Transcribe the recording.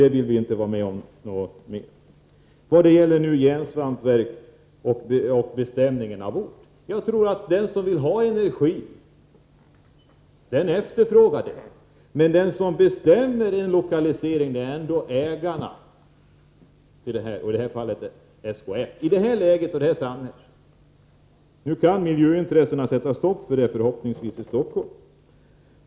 Det vill vi inte vara med om mer. Låt mig sedan beröra bestämningen av ort för järnsvampsverket. Jag tror att den som vill ha energi efterfrågar det — men den som bestämmer en lokalisering är ändå i detta läge och i detta samhälle ägarna. Nu kan miljöintressena förhoppningsvis sätta stopp för ett järnsvampsverk i Stockholm.